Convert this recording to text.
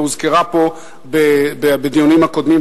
והוזכרה פה בדיונים הקודמים,